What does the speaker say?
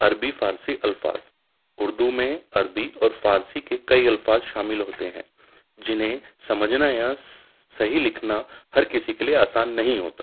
عربی فارسی الفاظ اردو میں عربی اور فارسی کے کئی الفاظ شامل ہوتے ہیں جنہیں سمجھنا یا صحیح لکھنا ہر کسی کے لیے آسان نہیں ہوتا